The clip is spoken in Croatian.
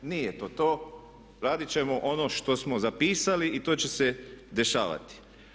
Nije to to, radit ćemo ono što smo zapisali i to će se dešavati.